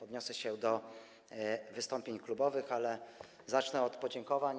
Odniosę się do wystąpień klubowych, ale zacznę od podziękowań.